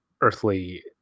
earthly